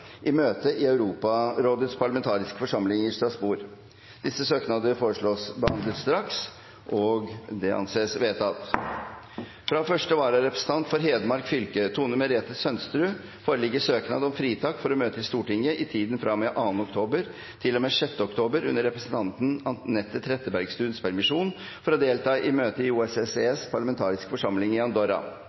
i møte i Europarådets parlamentariske forsamling i Strasbourg. Disse søknadene foreslås behandlet straks og innvilget. – Det anses vedtatt. Fra første vararepresentant for Hedmark fylke, Tone Merete Sønsterud , foreligger søknad om fritak for å møte i Stortinget i tiden fra og med 2. oktober til og med 6. oktober, under representanten Anette Trettebergstuens permisjon,